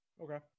Okay